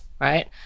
right